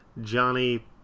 Johnny